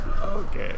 Okay